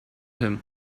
him